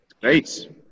Great